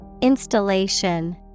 Installation